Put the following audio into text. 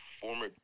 former